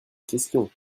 question